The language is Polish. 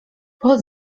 pot